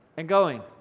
and going,